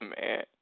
man